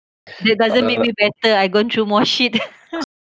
that doesn't make me better I gone through more shit